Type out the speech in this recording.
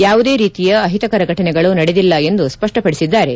ಯಾವುದೇ ರೀತಿಯ ಅಹಿತಕರ ಘಟನೆಗಳು ನಡೆದಿಲ್ಲ ಎಂದು ಸ್ಪಷ್ಟಪಡಿಸಿದ್ದಾರೆ